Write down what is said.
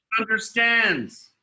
understands